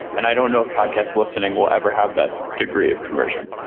and i don't know if podcast listening will ever have that degree of conversion